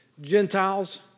Gentiles